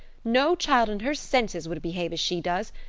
no child in her senses would behave as she does.